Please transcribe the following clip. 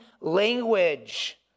language